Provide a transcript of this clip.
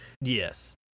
yes